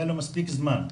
היה לו מספיק זמן.